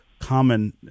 common